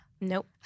Nope